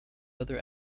other